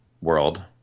world